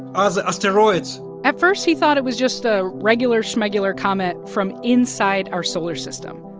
other asteroids at first, he thought it was just a regular shmegular comet from inside our solar system,